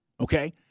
Okay